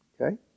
Okay